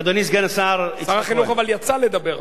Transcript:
אדוני סגן השר יצחק כהן, שר החינוך אבל יצא לדבר.